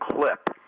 clip